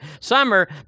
summer